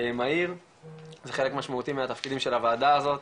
מהיר כחלק משמעותי מהתפקידים של הוועדה הזאת.